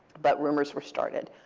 but rumors were started.